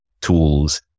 tools